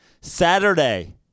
Saturday